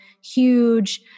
huge